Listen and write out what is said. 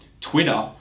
Twitter